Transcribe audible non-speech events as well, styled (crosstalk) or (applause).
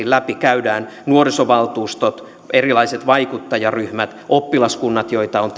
(unintelligible) läpikäydään nuorisovaltuustot erilaiset vaikuttajaryhmät oppilaskunnat joita on (unintelligible)